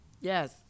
Yes